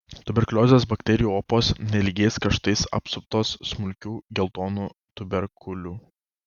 tuberkuliozės bakterijų opos nelygiais kraštais apsuptos smulkių geltonų tuberkulų